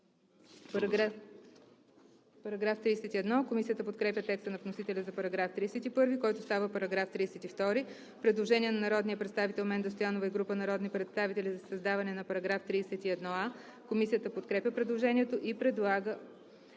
става ал. 20.“ Комисията подкрепя текста на вносителя за § 31, който става § 32. Предложение на народния представител Менда Стоянова и група народни представители за създаване на § 31а. Комисията подкрепя предложението и предлага